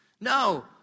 No